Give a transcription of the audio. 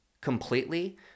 completely